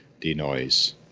denoise